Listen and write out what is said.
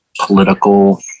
political